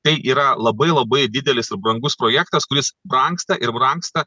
tai yra labai labai didelis ir brangus projektas kuris brangsta ir brangsta